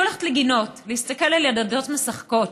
אני הולכת לגינות להסתכל על ילדות משחקות.